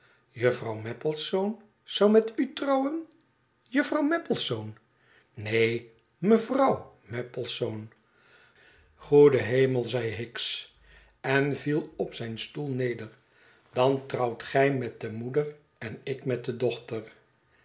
juffrouw maplesone zou met u trouwen juffrouw maplesone neen mevrouw maplesone goede hemel zei hicks en viel op zijn stoel neder dan trouwt gij met de moeder en ik met de dochter